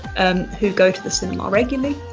who go to the cinema regularly,